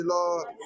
Lord